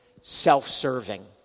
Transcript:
self-serving